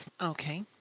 Okay